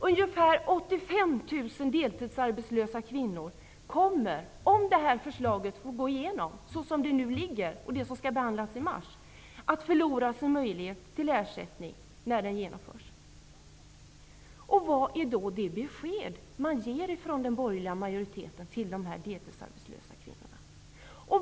Om förslaget går igenom, det som skall behandlas i mars, kommer ungefär 85 000 deltidsarbetslösa kvinnor att förlora möjligheten till ersättning. Vilket besked ger den borgerliga majoriteten till dessa deltidsarbetslösa kvinnor?